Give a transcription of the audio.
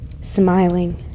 smiling